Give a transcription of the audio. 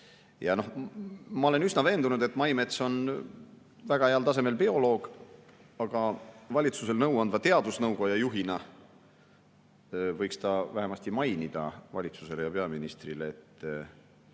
Ma olen üsna veendunud, et Maimets on väga heal tasemel bioloog. Aga valitsusele nõuandva teadusnõukoja juhina võiks ta vähemasti mainida valitsusele ja peaministrile, et